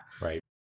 Right